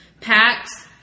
packs